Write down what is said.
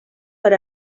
per